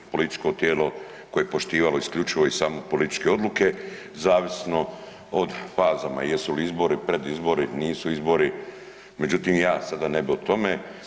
Političko tijelo koje je poštivalo isključivo i samo političke odluke, zavisno o fazama, jesu li izbori, predizbori, nisu izbori, međutim, ja sada ne bi o tome.